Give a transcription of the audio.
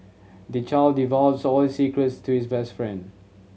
the child divulged all his secrets to his best friend